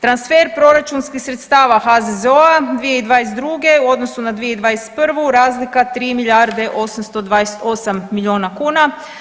Transfer proračunskih sredstava HZZO-a 2022. u odnosu na 2021. razlika 3 milijarde 828 milijuna kuna.